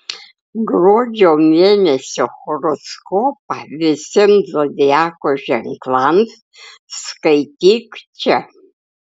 gruodžio mėnesio horoskopą visiems zodiako ženklams skaityk čia